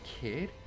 kid